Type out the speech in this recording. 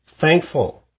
thankful